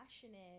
passionate